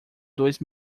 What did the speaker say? dois